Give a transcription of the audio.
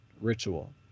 ritual